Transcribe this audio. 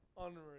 unreal